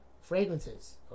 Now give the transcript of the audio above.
fragrances